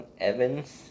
Evans